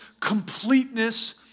completeness